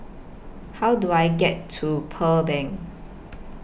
How Do I get to Pearl Bank